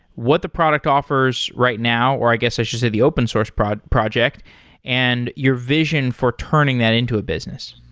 what the product offers right now, or i guess i should say the open source project and your vision for turning that into a business?